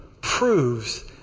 proves